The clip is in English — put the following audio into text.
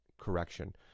correction